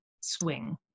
swing